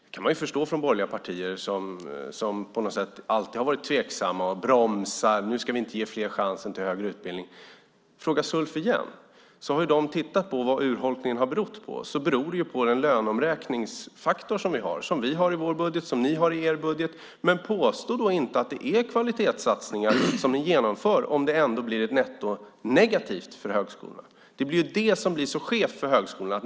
Det kan man förstå från borgerliga partier, som på något sätt alltid har varit tveksamma och bromsat: Nu ska vi inte ge fler chansen till högre utbildning! Fråga Sulf igen! De har tittat på vad urholkningen har berott på. Den beror på den löneomräkningsfaktor som vi har - som vi har i vår budget och som ni har i er budget. Men påstå då inte att det är kvalitetssatsningar som ni genomför, om det ändå blir ett netto som är negativt för högskolorna. Det är ju det som blir så skevt för högskolorna.